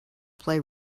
play